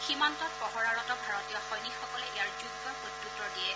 সীমান্তত পহৰাৰত ভাৰতীয় সৈনিকসকলে ইয়াৰ যোগ্য প্ৰত্যুত্তৰ দিয়ে